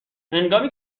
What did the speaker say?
هنگامی